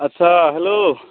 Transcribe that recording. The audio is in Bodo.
आच्चा हेल्ल'